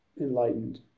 enlightened